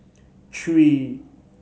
three